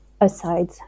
aside